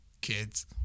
kids